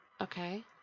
okay